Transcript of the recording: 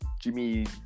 Jimmy